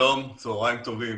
שלום, צהריים טובים.